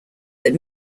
that